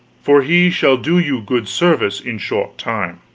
for he shall do you good service in short time,